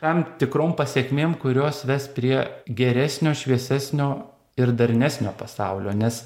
tam tikrom pasekmėm kurios ves prie geresnio šviesesnio ir darnesnio pasaulio nes